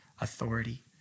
authority